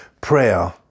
prayer